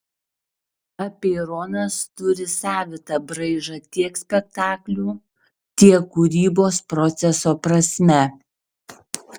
apeironas turi savitą braižą tiek spektaklių tiek kūrybos proceso prasme